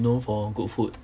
is known for good food